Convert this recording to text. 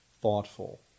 thoughtful